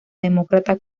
demócrata